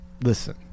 listen